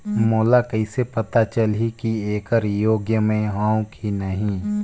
मोला कइसे पता चलही की येकर योग्य मैं हों की नहीं?